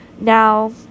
Now